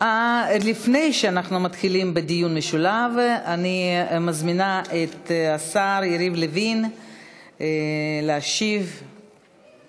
לפני שאנחנו מתחילים בדיון המשולב אני מזמינה את השר יריב לוין להשיב על